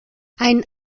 ein